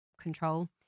control